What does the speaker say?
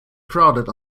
crowded